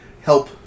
help